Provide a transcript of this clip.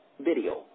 video